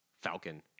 Falcon